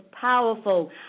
powerful